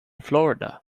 florida